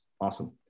Awesome